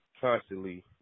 constantly